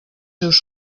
seus